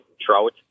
trout